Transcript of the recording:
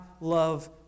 love